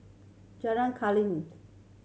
Jalan